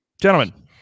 Gentlemen